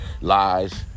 lies